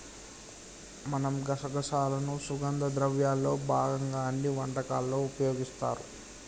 మనం గసగసాలను సుగంధ ద్రవ్యాల్లో భాగంగా అన్ని వంటకాలలో ఉపయోగిస్తారు